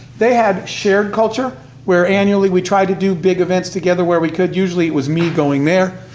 they had shared culture where annually we tried to do big events together where we could, usually it was me going there,